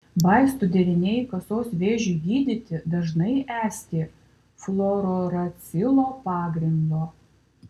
vaistų deriniai kasos vėžiui gydyti dažnai esti fluorouracilo pagrindo